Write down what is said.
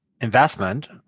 investment